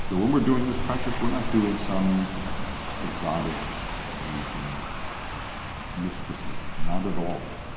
so when we're doing this practice, we're not doing some exotic asian mysticism not at all!